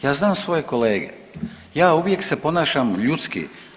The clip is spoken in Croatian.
Ja znam svoje kolege, ja uvijek se ponašam ljudski.